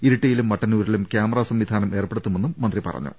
ഇരിട്ടിയിലും മട്ടന്നൂരിലും ക്യാമറ സംവിധാനം ഏർപ്പെടുത്തുമെന്നും മന്ത്രി പറഞ്ഞു